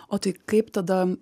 o tai kaip tada